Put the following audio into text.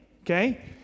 okay